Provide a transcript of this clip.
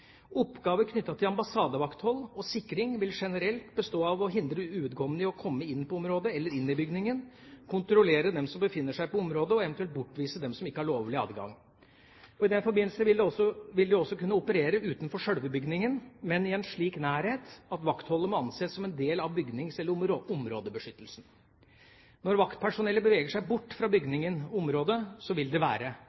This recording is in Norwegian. Oppgaver knyttet til ambassadevakthold og -sikring vil generelt bestå i å hindre uvedkommende i å komme inn på området eller inn i bygningen, kontrollere dem som befinner seg på området, og eventuelt bortvise dem som ikke har lovlig adgang. I den forbindelse vil de også kunne operere utenfor selve bygningen, men i en slik nærhet at vaktholdet må anses som en del av bygnings- eller områdebeskyttelsen. Når vaktpersonellet beveger seg bort fra